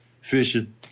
fishing